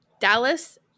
Dallas